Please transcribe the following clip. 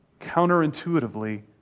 counterintuitively